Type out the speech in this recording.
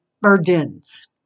burdens